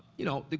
you know,